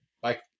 Bye